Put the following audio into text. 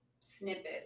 snippets